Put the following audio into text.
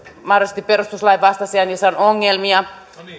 mahdollisesti perustuslain vastaisia niissä on ongelmia